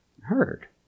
heard